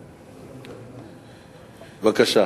תודה.